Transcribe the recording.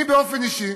אני באופן אישי